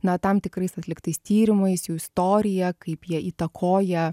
na tam tikrais atliktais tyrimais jų istorija kaip jie įtakoja